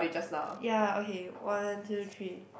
ya okay one two three